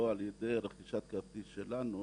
או על ידי רכישת כרטיס שלנו